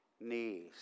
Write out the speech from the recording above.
knees